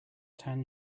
tan